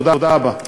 תודה רבה.